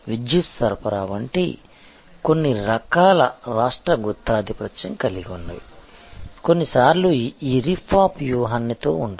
విద్యుత్ సరఫరా వంటి కొన్ని రకాల రాష్ట్ర గుత్తాధిపత్యం కలిగి ఉన్నవి కొన్నిసార్లు ఈ రిప్ ఆఫ్ వ్యూహాన్ని తో ఉంటుంది